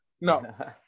No